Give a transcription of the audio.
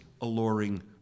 alluring